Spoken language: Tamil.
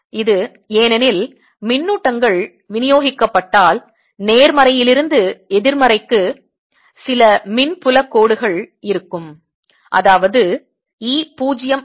இது ஏனெனில் மின்னூட்டங்கள் விநியோகிக்கப்பட்டால் நேர்மறையிலிருந்து எதிர்மறைக்கு சில மின் புலகோடுகள் இருக்கும் அதாவது E பூஜ்ஜியம் அல்ல